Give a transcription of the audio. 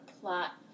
plot